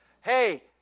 Hey